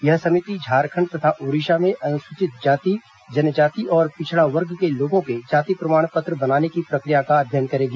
यह समिति झारखंड तथा ओडिशा में अनुसूचित जाति जनजाति और पिछड़ा वर्ग के लोगों के जाति प्रमाण पत्र बनाने की प्रक्रिया का अध्ययन करेगी